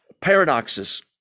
Paradoxes